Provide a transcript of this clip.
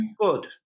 Good